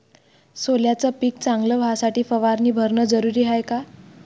सोल्याचं पिक चांगलं व्हासाठी फवारणी भरनं जरुरी हाये का?